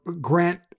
Grant